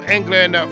England